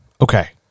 Okay